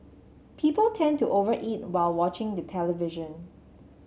people tend to over eat while watching the television